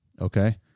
okay